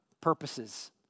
purposes